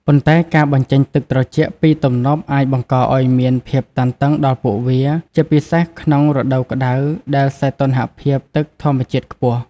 ប៉ុន្តែការបញ្ចេញទឹកត្រជាក់ពីទំនប់អាចបង្កឱ្យមានភាពតានតឹងដល់ពួកវា ជាពិសេសក្នុងរដូវក្តៅដែលសីតុណ្ហភាពទឹកធម្មជាតិខ្ពស់។